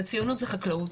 וציונות זה חקלאות,